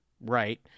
right